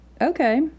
okay